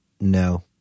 No